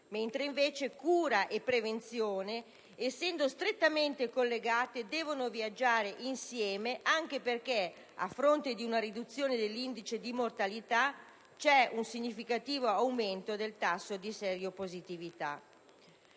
mentre invece cura e prevenzione, essendo strettamente collegate, dovrebbero viaggiare insieme anche perché, a fronte di una riduzione dell'indice di mortalità, c'è un significativo aumento del tasso di sieropositività.